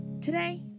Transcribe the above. Today